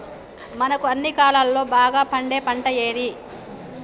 మనకు అన్ని కాలాల్లో బాగా పండే పంట ఏది?